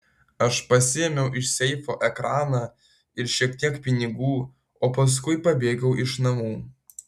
aš pasiėmiau iš seifo ekraną ir šiek tiek pinigų o paskui pabėgau iš namų